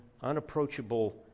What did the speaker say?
unapproachable